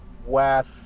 west